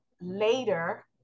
later